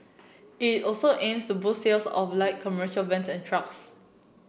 it also aims to boost sales of light commercial vans and trucks